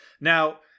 Now